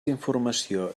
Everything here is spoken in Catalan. informació